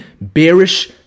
bearish